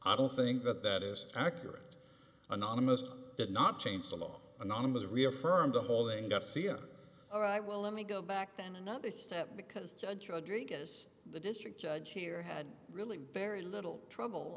i don't think that that is accurate anonymous did not change the law anonymous reaffirmed the whole they got to see it all right well let me go back then another step because judge rodriguez the district judge here had really very little trouble